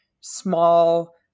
small